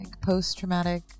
post-traumatic